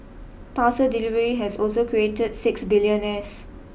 parcel delivery has also create six billionaires